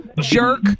jerk